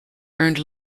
earned